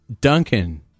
Duncan